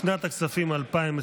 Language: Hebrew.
לשנת הכספים 2023,